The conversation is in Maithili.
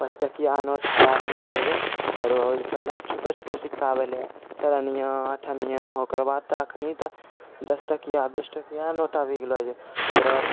पचटकिआ नोट हरा रङ्गऽ रहलै फेरो पहिला छोटऽ छोटऽ सिक्का आबै लगलै चरनिआ अठनिआ ओकरो बाद तऽ एखन तऽ दस टकिआ बीस टकिआ नोट आबि गेलऽ जे ओकर बाद